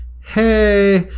hey